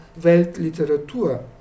Weltliteratur